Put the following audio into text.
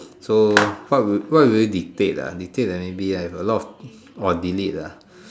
so what will what will we be paid ah be paid that maybe I got a lot of or delete ah